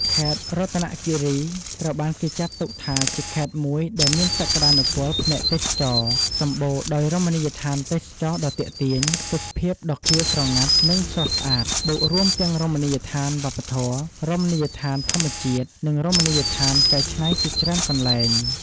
ខេត្តរតនគិរី ត្រូវបានគេចាត់ទុកថា ជាខេត្តមួយដែលមានសក្ដានុពលផ្នែកទេសចរណ៍ សម្បូរដោយរមណីយដ្ឋានទេសចរណ៍ដ៏ទាក់ទាញ ទេសភាពដ៏ខៀវស្រងាត់ និងស្រស់ស្អាត បូករួមទាំងរមណីយដ្ឋានវប្បធម៌ រមណីយដ្ឋានធម្មជាតិ និងរមណីយដ្ឋានកែច្នៃជាច្រើនកន្លែង។